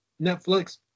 Netflix